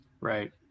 Right